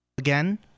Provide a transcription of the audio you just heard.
again